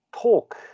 talk